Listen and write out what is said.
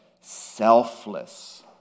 selfless